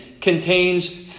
contains